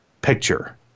picture